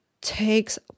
takes